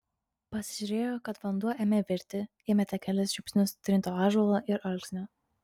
pasižiūrėjo kad vanduo ėmė virti įmetė kelis žiupsnius trinto ąžuolo ir alksnio